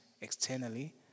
externally